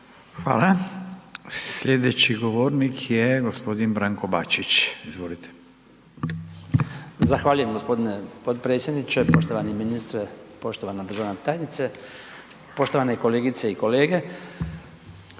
Hvala. Slijedeći govornik je gospodin Branko Bačić. Izvolite. **Bačić, Branko (HDZ)** Zahvaljujem gospodine potredsjedniče. Poštovani ministre, poštovana državna tajnice, poštovane kolegice i kolege,